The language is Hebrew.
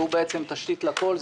והוא בעצם תשתית לכול,